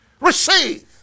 Receive